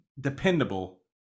dependable